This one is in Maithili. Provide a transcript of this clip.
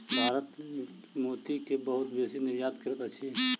भारत मोती के बहुत बेसी निर्यात करैत अछि